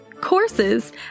courses